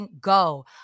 go